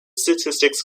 statistics